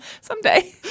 Someday